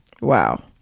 Wow